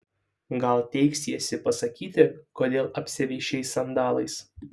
gal teiksiesi pasakyti kodėl apsiavei šiais sandalais